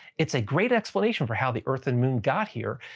it's a great explanation for how the earth and moon got here,